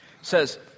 says